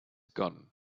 gone